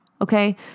Okay